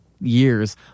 years